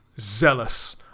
zealous